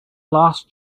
last